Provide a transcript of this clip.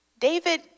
David